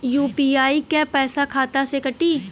UPI क पैसा खाता से कटी?